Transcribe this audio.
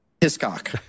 Hiscock